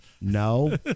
No